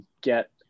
get